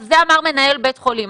זה אמר מנהל בית חולים.